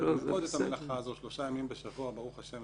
אני עוסק במלאכה הזאת שלושה ימים בשבוע, ברוך השם,